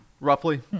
roughly